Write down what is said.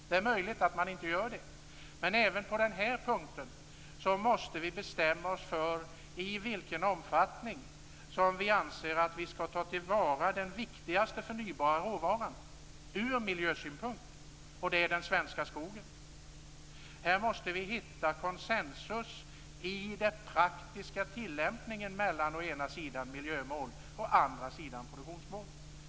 Det är möjligt att man inte gör det. Men även på den här punkten måste vi bestämma oss för i vilken omfattning som vi anser att vi skall ta till vara den viktigaste förnybara råvaran ur miljösynpunkt, och det är den svenska skogen. Här måste vi hitta konsensus i den praktiska tillämpningen mellan å ena sidan miljömål och å andra sidan produktionsmål.